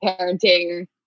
parenting